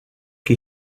qui